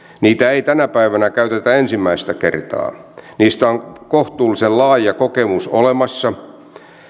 sanktioita ei tänä päivänä käytetä ensimmäistä kertaa niistä on kohtuullisen laaja kokemus olemassa